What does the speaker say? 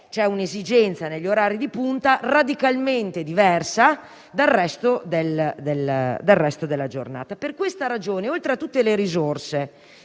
c'è un'esigenza, negli orari di punta, radicalmente diversa dal resto della giornata. Per questa ragione, oltre a tutte le risorse